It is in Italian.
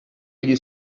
gli